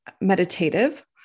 meditative